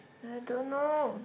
I don't know